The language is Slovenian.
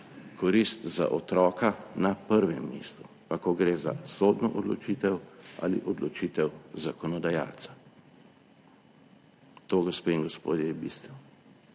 korist za otroka na prvem mestu, pa ko gre za sodno odločitev ali odločitev zakonodajalca. To, gospe in gospodje, je bistvo